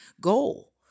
goal